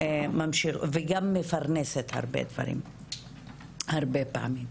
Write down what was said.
וגם מפרנסת הרבה פעמים.